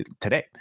today